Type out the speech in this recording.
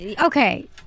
Okay